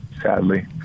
sadly